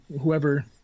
whoever